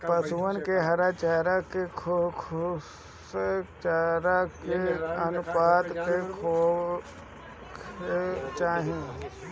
पशुअन के हरा चरा एंव सुखा चारा के अनुपात का होखे के चाही?